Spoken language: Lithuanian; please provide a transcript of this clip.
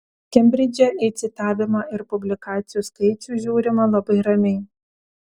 kembridže į citavimą ir publikacijų skaičių žiūrima labai ramiai